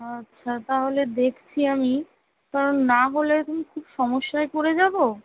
আচ্ছা তাহলে দেখছি আমি কারণ নাহলে কিন খুব সমস্যায় পড়ে যাবো